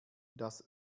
das